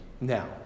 Now